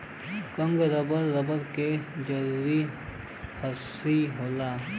Congo rubber, rubber क जरूरी हिस्सा होला